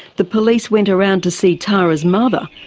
the police went around to see tara's mother,